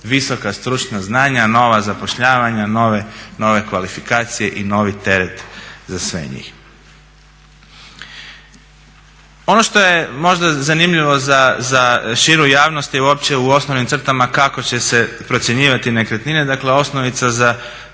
visoka stručna znanja, nova zapošljavanja, nove kvalifikacije i novi teret za sve njih. Ono što je možda zanimljivo za širu javnost je uopće u osnovnim crtama kako će se procjenjivati nekretnine, dakle osnovica za